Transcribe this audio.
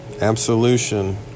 absolution